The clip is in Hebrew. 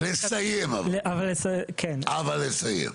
אבל לסיים.